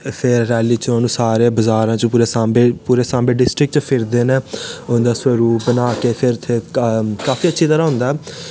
फिर रैली च ओह्नू सारे बज़ारां च पूरे सांबे डिस्टिक च फिरदे न उं'दा स्वरूप बना के फिर इत्थे काफी अच्छी तरह होंदा ऐ